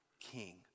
king